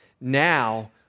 Now